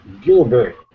Gilbert